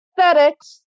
aesthetics